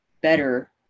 better